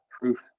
proof